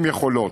עם יכולות,